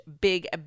big